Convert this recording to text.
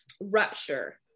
rupture